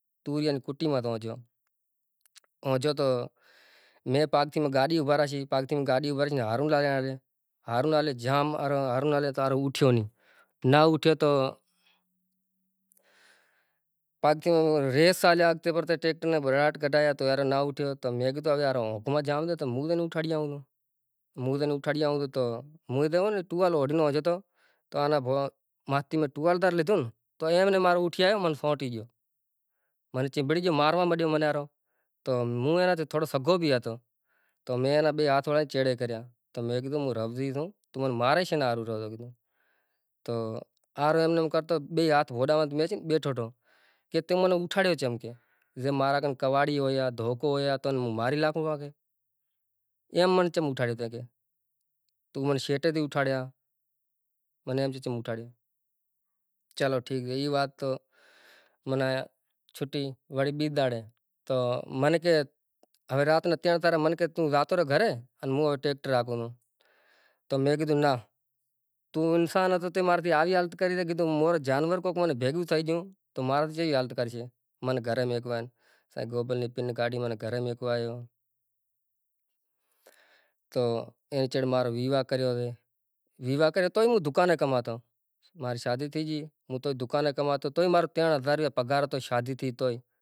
باقی ری وات ہوے بصر ری تو تمارے بصر رو تجربو سے جیکو پیاز سے اماری، پاکستان نیں اندر واہویاساں تو ہوے بصر جکو ریو اے کیوے حساب سیں وہورائیجسے؟ بدہا ئی بھائیاں ناں تاں خبر ناں سے کہ چم چم تھائیتو، چم چم نتھی تھائیتو، چم کہ آپاں ناں تو بصر روں تجربو سے، برساتوں مقصد پنجاں چھاں ستاں برساتوں آیوں سوں، برساتاں چیٹ میں آوشیں ای کامیاب سیں، برساتاں موہر وہایو تو کامیاب نیں تھے چم کہ برساتاں ماں جے اونسی بنی سے تو بچائے اگتے پوئے تو ٹھیک سے جے نتھی تو ختم تھے زائے تی برساتاں رے پانڑی میں، بصر روں بیج روں مطلب ای سے کہ بصر روں بیج جکو ریو آنپڑا وڈا واہواسیئاں ڈانڈھیاں واڈھے، ایئے ماں تھائیسے گل، گل ماں تھائیسے بیج ٹھیک سے، بیج تھائیسے تو ای بیج ریوں وڑے سوٹھے نمونے زیووکر صاف کرے پسے آپاں نیں باریوں ٹھاوونڑوں سے، باریوں ٹھائو یا دیکا ٹھائو دیکا ماتھے واوو ودھ میں ودھ ای تمارو بیز مہینو یا چالیہہ ڈینہں دنگ تھے ٹیہہ چالیہہ ڈینہاں رے اندر جیووکر تمارو بﷺر رو بیج تیار تھائے زاشے، پسے تیار تیار تھیا جیوا تمیں،